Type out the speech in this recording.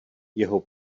jeho